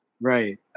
Right